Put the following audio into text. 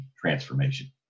transformation